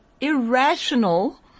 irrational